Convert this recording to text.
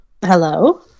Hello